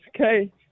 okay